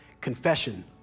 confession